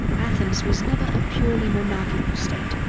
athens was never a purely monarchical state,